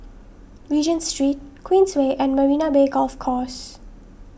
Regent Street Queensway and Marina Bay Golf Course